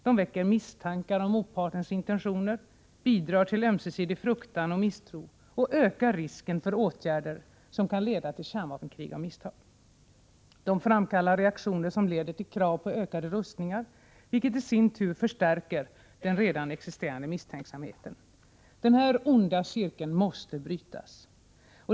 De väcker misstankar om motpartens intentioner, bidrar till ömsesidig fruktan och misstro samt ökar risken för åtgärder som kan leda till kärnvapenkrig av misstag. De framkallar reaktioner som leder till krav på ökade rustningar, vilket i sin tur förstärker den redan existerande misstänksamheten. Denna onda cirkel måste brytas.